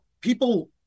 people